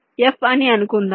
F అని అనుకుందాం